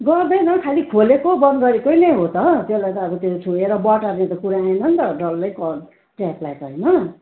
गर्दैन खालि खोलेको बन्द गरेको नै हो त त्यसलाई त अब त्यो छोएर बटार्ने त कुरा आएन नि त डल्लै ट्यापलाई त होइन